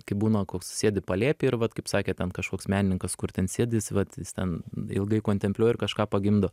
kai būna koks sėdi palėpėj ir vat kaip sakėt ten kažkoks menininkas kur ten sėdi jis vat ten ilgai kontempliuoja ir kažką pagimdo